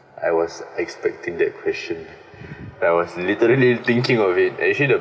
I was expecting that question I was literally thinking of it actually the